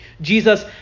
Jesus